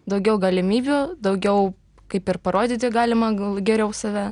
daugiau galimybių daugiau kaip ir parodyti galima gal geriau save